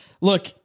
Look